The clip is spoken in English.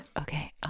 Okay